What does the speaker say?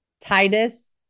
Titus